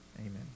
Amen